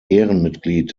ehrenmitglied